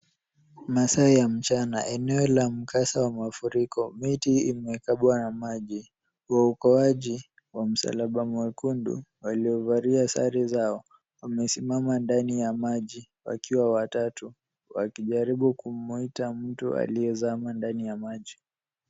Masaa ya mchana, eneo la mkasa wa mafuriko, miti imekabwa na maji. Waokoaji wa msalaba mwekundu waliovalia sare zao, wamesimama ndani ya maji wakiwa watatu, wakijaribu kumwita mtu aliyezama ndani ya maji.